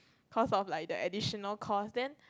cause of like the additional cost then